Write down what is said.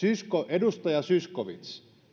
edustaja zyskowicz